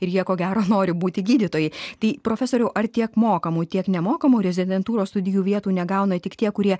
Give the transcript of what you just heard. ir jie ko gero nori būti gydytojai tai profesoriau ar tiek mokamų tiek nemokamų rezidentūros studijų vietų negauna tik tie kurie